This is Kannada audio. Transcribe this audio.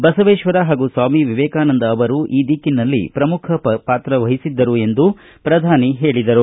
ಬಸವೇಶ್ವರ ಹಾಗೂ ಸ್ವಾಮಿ ವಿವೇಕಾನಂದ ಅವರು ಈ ದಿಕ್ಕಿನಲ್ಲಿ ಪ್ರಮುಖ ಪಾತ್ರವಹಿಸಿದ್ದರು ಎಂದು ಪ್ರಧಾನಿ ಹೇಳಿದರು